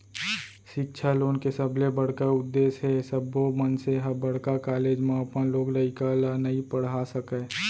सिक्छा लोन के सबले बड़का उद्देस हे सब्बो मनसे ह बड़का कॉलेज म अपन लोग लइका ल नइ पड़हा सकय